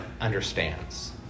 understands